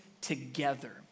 together